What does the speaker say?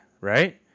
right